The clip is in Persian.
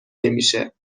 نمیشه